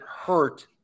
hurt